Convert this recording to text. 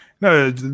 no